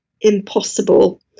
impossible